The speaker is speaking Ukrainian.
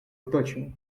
оточення